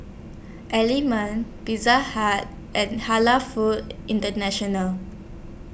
Element Pizza Hut and Halal Foods International